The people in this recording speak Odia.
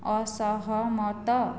ଅସହମତ